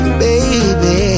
baby